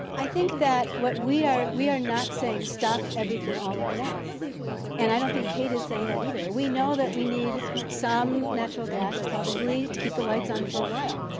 i think that we are we are not saying stop everything all at once and i don't think kate is saying that either. we know that we need some natural gas, probably to keep the lights on for a while.